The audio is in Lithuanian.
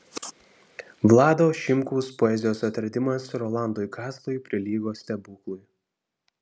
vlado šimkaus poezijos atradimas rolandui kazlui prilygo stebuklui